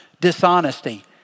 Dishonesty